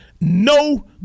No